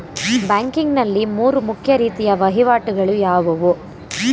Banking ನಲ್ಲಿ ಮೂರು ಮುಖ್ಯ ರೀತಿಯ ವಹಿವಾಟುಗಳು ಯಾವುವು?